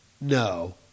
No